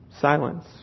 silence